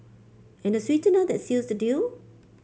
and the sweetener that seals the deal